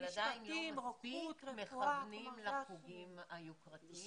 אבל עדיין לא מספיק מכוונים לחוגים היוקרתיים.